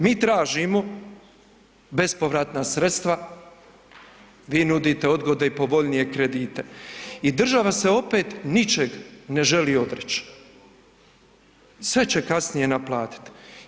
Mi tražimo bespovratna sredstva, vi nudite odgode i povoljnije kredite i država se opet ničeg ne želi odreć, sve će kasnije naplatit.